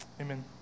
Amen